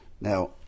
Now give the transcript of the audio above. Now